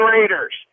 Raiders